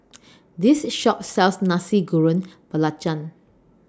This Shop sells Nasi Goreng Belacan